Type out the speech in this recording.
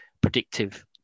predictive